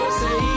say